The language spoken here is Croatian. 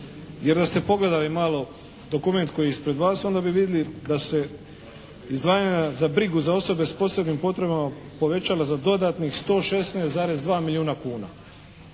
jer da ste pogledali malo dokument koji je ispred vas onda bi vidjeli da se izdvajanja za brigu za osobe s posebnim potrebama povećala za dodatnih 116,2 milijuna kuna.